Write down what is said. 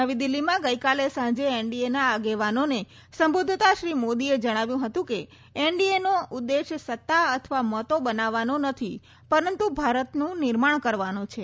નવી દિલ્હીમાં ગઇકાલે સાંજે એનડીએના આગેવાનોને સંબોધતા શ્રી મોદીએ જણાવ્યું હતું કે એનડીએનો ઉદ્દેશ સત્તા અથવા મતો બનાવવાનો નથી પરંતુ ભારતનો નિર્માણ કરવાનો છે